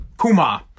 Kuma